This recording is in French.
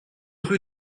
rue